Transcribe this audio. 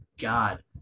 God